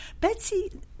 Betsy